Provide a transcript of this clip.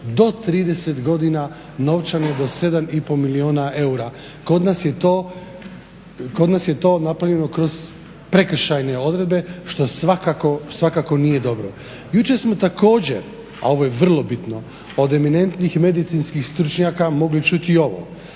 do 30 godina novčane do 7,5 milijuna eura. Kod nas je to napravljeno kroz prekršajne odredbe što svakako nije dobro. Jučer smo također a ovo je vrlo bitno od eminentnih medicinskih stručnjaka mogli čuti ovo.